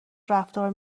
رفتار